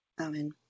Amen